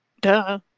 duh